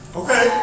okay